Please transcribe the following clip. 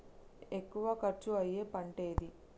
ఎక్కువ ఖర్చు అయ్యే పంటేది?